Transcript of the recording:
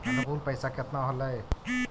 अनुकुल पैसा केतना होलय